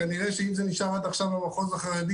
כנראה אם זה נשאר עד עכשיו במחוז החרדי